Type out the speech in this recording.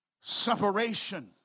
separation